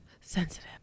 sensitive